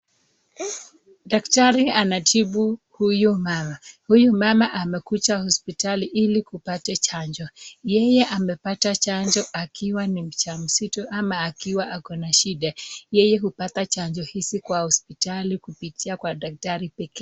Daktari anatibu huyo mama. Huyu mama amekuja hospitali ili kupata chanjo. Yeye amepata chanjo akiwa ni mjamzito ama akiwa akona shida. Yeye hupata chanjo hizi kwa hospitali kupitia kwa daktari pekee.